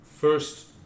first